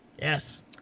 Yes